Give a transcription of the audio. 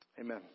Amen